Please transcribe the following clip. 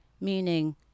meaning